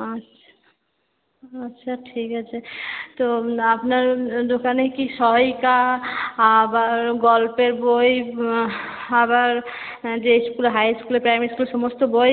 আচ্ছা আচ্ছা ঠিক আছে তো আপনার দোকানে কি সহায়িকা আবার গল্পের বই আবার হাই স্কুল প্রাইমারি স্কুলের সমস্ত বই